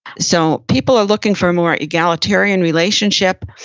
so people are looking for a more egalitarian relationship.